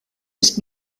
ist